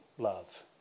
Love